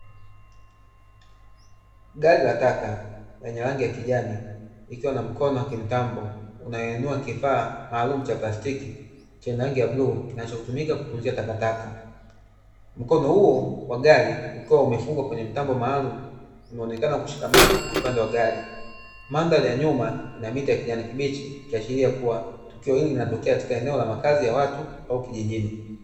Gari la taka lenye rangi ya kijani, likiwa na mkono wa kimtambo unaoinua kifaa maalumu cha plastiki chenye rangi ya bluu kinachotumika kutunzia takataka, mkono huo wa gari ukiwa umefungwa kwenye mtambo maalumu, unaonekana kushikamana na upande wa gari, mandhari ya nyuma ina miti ya kijani kibichi ikiashiria kuwa tukio hili linatolea katika eneo la makazi ya watu au kijijini.